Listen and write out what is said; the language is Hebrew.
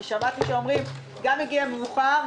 כי שמעתי שאומרים שגם הגיע מאוחר,